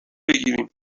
بگیریم